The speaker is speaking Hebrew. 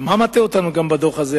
מה מטעה אותנו בדוח הזה?